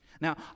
now